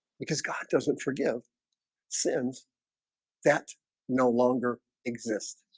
because god doesn't forgive sins that no longer exist